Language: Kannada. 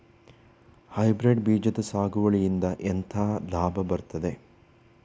ಹೈಬ್ರಿಡ್ ಬೀಜದ ಸಾಗುವಳಿಯಿಂದ ಎಂತ ಲಾಭ ಇರ್ತದೆ?